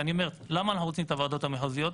למה אנחנו רוצים את הוועדות המחוזיות?